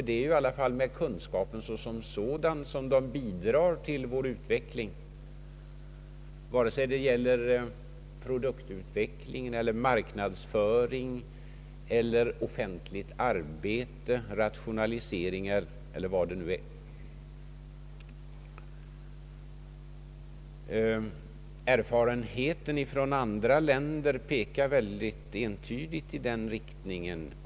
Det är dock med kunskapen som sådan de bidrar till utvecklingen, vare sig det gäller produktutveckling, marknadsföring, offentligt arbete, rationaliseringar eller vad det kan vara. Erfarenheten från andra länder pekar mycket entydigt i den rikt ningen.